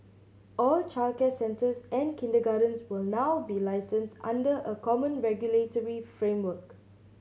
all childcare centres and kindergartens will now be licensed under a common regulatory framework